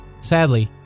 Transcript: sadly